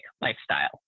lifestyle